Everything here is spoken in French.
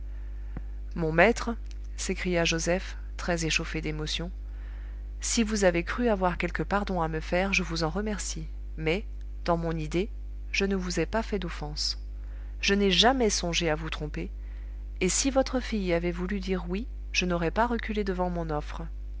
mon maître s'écria joseph très échauffé d'émotion si vous avez cru avoir quelque pardon à me faire je vous en remercie mais dans mon idée je ne vous ai pas fait d'offense je n'ai jamais songé à vous tromper et si votre fille avait voulu dire oui je n'aurais pas reculé devant mon offre